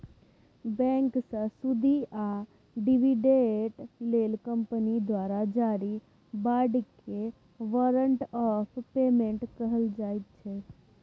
बैंकसँ सुदि या डिबीडेंड लेल कंपनी द्वारा जारी बाँडकेँ बारंट आफ पेमेंट कहल जाइ छै